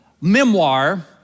memoir